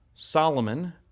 Solomon